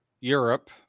Europe